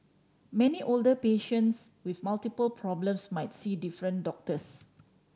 many older patients with multiple problems might see different doctors